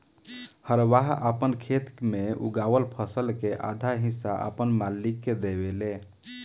हरवाह आपन खेत मे उगावल फसल के आधा हिस्सा आपन मालिक के देवेले